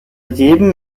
jedem